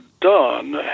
done